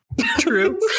True